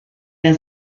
der